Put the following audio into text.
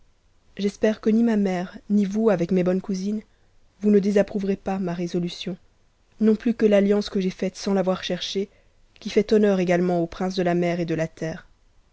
j'espère que ni ma mère ni vous avec mes bonnes cousines vous ne désapprouverez pas ma résolution non plus que l'alliance quci faite sans l'avoir cherchée qui fait honneur également aux princes de h mer et de la terre